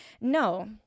no